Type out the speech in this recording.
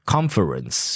Conference